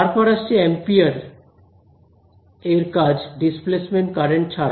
তারপর আসছে অ্যাম্পিয়ার এর কাজ ডিসপ্লেসমেন্ট কারেন্ট ছাড়া